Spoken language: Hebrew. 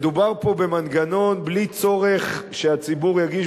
מדובר פה במנגנון בלי צורך שהציבור יגיש